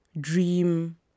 Dream